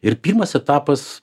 ir pirmas etapas